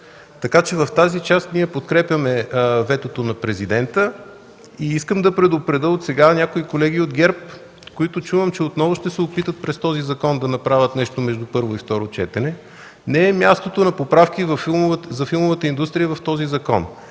в тях. В тази част ние подкрепяме ветото на президента. Искам да предупредя отсега някои колеги от ГЕРБ, които чувам, че отново ще се опитат през този закон да направят нещо между първо и второ четене. Не е мястото на поправки за филмовата индустрия в този закон.